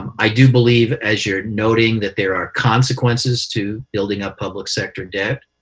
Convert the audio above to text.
i do believe, as you're noting, that there are consequences to building up public sector debt.